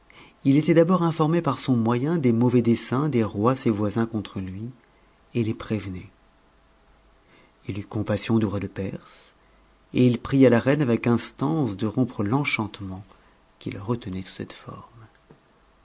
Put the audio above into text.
il était d'abord informé par son moyen des mauvais desseins des rois ses voisins contre lui et les prévenait h eut compassion du roi de perse et il pria la reine avec instance de rompre l'enchantement qui le retenait sous cette forme